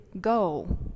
go